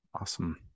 Awesome